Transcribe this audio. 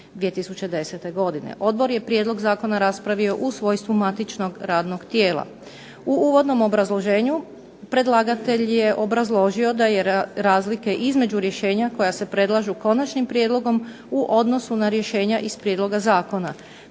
Odbor je prijedlog zakona raspravio u svojstvu matičnog radnog tijela. U uvodnom obrazloženju predlagatelj je obrazložio da razlike između rješenja koja se predlažu konačnim prijedlogom u odnosu na rješenja iz prijedloga zakona.